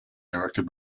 directed